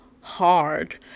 hard